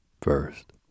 First